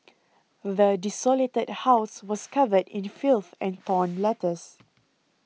the desolated house was covered in filth and torn letters